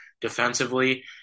Defensively